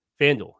FanDuel